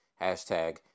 hashtag